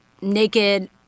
naked